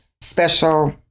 special